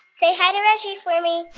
say hi to reggie for me